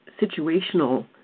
situational